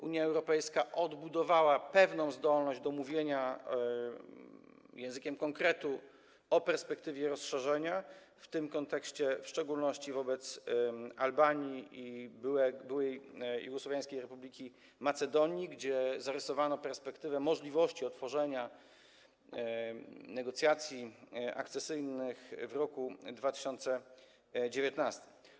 Unia Europejska odbudowała pewną zdolność do mówienia językiem konkretu o perspektywie rozszerzenia, w tym kontekście w szczególności wobec Albanii i byłej Jugosłowiańskiej Republiki Macedonii, w przypadku których zarysowano perspektywę dotyczącą możliwości otworzenia negocjacji akcesyjnych w roku 2019.